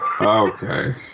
Okay